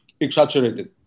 exaggerated